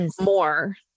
more